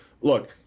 Look